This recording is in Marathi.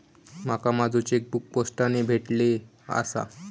माका माझो चेकबुक पोस्टाने भेटले आसा